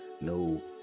no